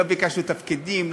לא ביקשנו תפקידים,